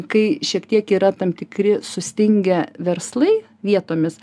kai šiek tiek yra tam tikri sustingę verslai vietomis